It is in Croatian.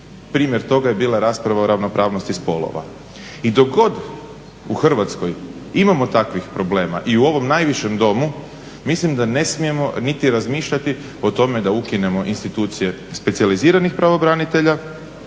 primjer toga je bila rasprava o ravnopravnosti spolova. I dok god u Hrvatskoj imamo takvih problema i u ovom najvišem Domu, mislim da ne smijemo niti razmišljati o tome da ukinemo institucije specijaliziranih pravobranitelja